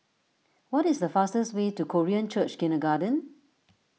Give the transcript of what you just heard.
what is the fastest way to Korean Church Kindergarten